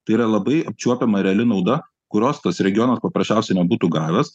tai yra labai apčiuopiama reali nauda kurios tas regionas paprasčiausiai nebūtų gavęs